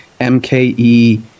mke